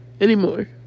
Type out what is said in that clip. Anymore